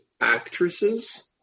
actresses